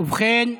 ובכן,